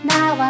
Now